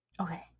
okay